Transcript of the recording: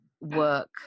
work